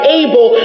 able